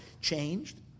changed